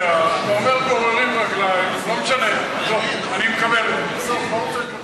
אין לי שום הערה.